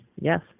yes